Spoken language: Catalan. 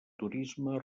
turisme